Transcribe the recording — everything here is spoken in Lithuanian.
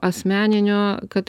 asmeninio kad